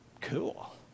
Cool